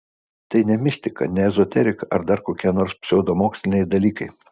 tai ne mistika ne ezoterika ar dar kokie nors pseudomoksliniai dalykai